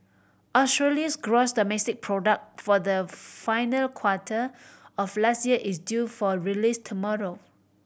Australia's gross domestic product for the final quarter of last year is due for release tomorrow